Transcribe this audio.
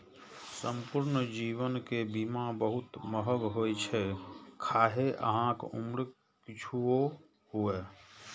संपूर्ण जीवन के बीमा बहुत महग होइ छै, खाहे अहांक उम्र किछुओ हुअय